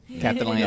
Captain